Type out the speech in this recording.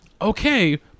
okay